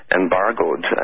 embargoed